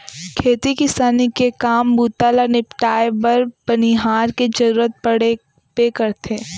खेती किसानी के काम बूता ल निपटाए बर बनिहार के जरूरत पड़बे करथे